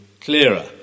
clearer